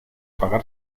pagar